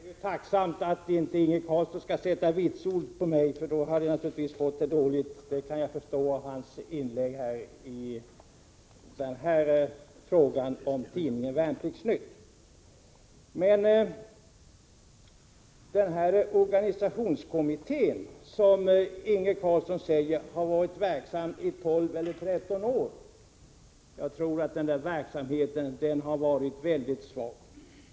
Herr talman! Jag är tacksam för att Inge Carlsson inte skall avge vitsord om mig. Då skulle jag få ett dåligt vitsord, det kan jag förstå av hans inlägg i frågan om tidningen Värnpliktsnytt. Inge Carlsson säger att organisationskommittén har varit verksam i 12 eller 13 år. Jag tror att den verksamheten har varit mycket svag.